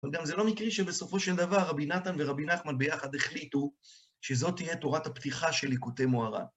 אבל גם זה לא מקרי שבסופו של דבר רבי נתן ורבי נחמן ביחד החליטו, שזאת תהיה תורת הפתיחה של ליקוטי מוהר"ן.